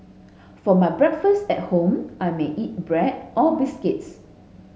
for my breakfast at home I may eat bread or biscuits